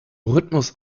rhythmus